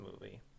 movie